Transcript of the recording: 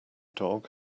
dog